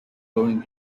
rowing